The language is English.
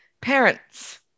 parents